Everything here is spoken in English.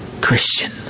Christian